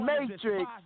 Matrix